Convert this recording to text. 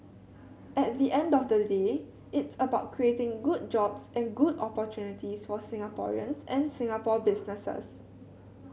at the end of the day it's about creating good jobs and good opportunities for Singaporeans and Singapore businesses